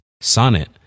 Sonnet